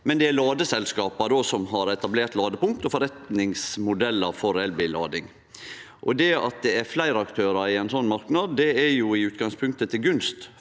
men det er ladeselskapa som har etablert ladepunkt og forretningsmodellar for elbillading. Det at det er fleire aktørar i ein slik marknad, er i utgangspunktet til gunst